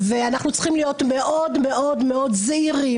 ואנחנו צריכים להיות מאוד מאוד זהירים